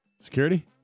Security